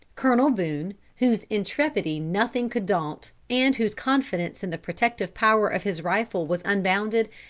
colonel boone, whose intrepidity nothing could daunt, and whose confidence in the protective power of his rifle was unbounded,